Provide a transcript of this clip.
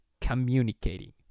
communicating